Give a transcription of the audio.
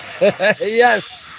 Yes